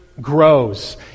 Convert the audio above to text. grows